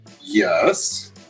Yes